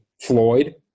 Floyd